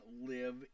live